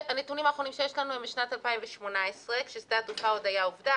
הנתונים האחרונים שיש לנו הם משנת 2018 כששדה התעופה עוד היה עובדה,